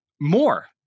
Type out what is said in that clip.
more